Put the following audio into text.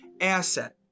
asset